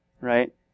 right